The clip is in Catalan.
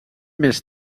més